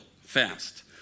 fast